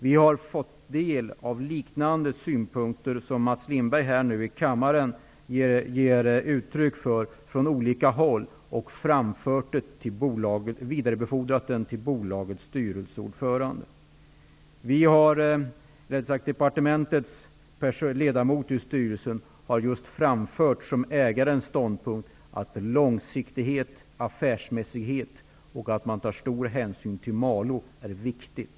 Vi har från olika håll fått ta del av liknande synpunkter som Mats Lindberg här i kammaren ger uttryck för. Dessa har vidarebefordrats till bolagets styresleordförande. Departementets ledamot i styrelsen har framfört att långsiktighet, affärsmässighet och hänsyn till Malå som ort är viktigt.